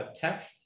Text